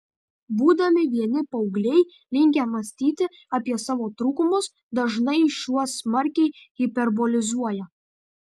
būdami vieni paaugliai linkę mąstyti apie savo trūkumus dažnai šiuos smarkiai hiperbolizuoja